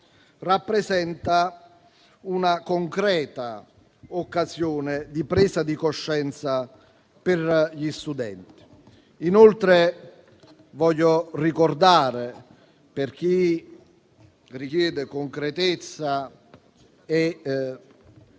rappresenta una concreta occasione di presa di coscienza per gli studenti. Inoltre, voglio ricordare, per chi richiede concretezza e